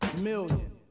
million